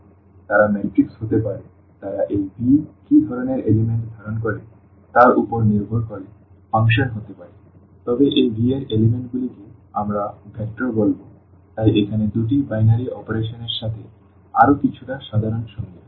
সুতরাং তারা ম্যাট্রিক্স হতে পারে তারা এই V কী ধরনের উপাদান ধারণ করে তার উপর নির্ভর করে ফাংশন হতে পারে তবে এই V এর উপাদানগুলিকে আমরা ভেক্টর বলব তাই এখানে দুটি বাইনারি অপারেশন এর সাথে আরও কিছুটা সাধারণ সংজ্ঞা